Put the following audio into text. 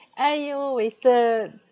!aiyo! wasted